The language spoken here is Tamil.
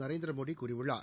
நரேந்திரமோடி கூறியுள்ளார்